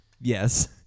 Yes